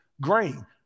Grain